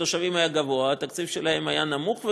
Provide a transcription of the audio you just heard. התושבים שם היה גבוה והתקציב שלהן היה נמוך.